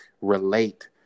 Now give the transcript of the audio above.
relate